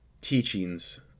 teachings